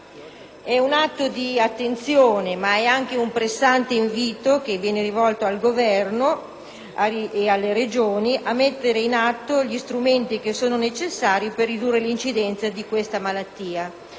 È un atto di attenzione, ma è anche un pressante invito che viene rivolto al Governo e alle Regioni a mettere in atto gli strumenti che sono necessari per ridurre l'incidenza di questa malattia,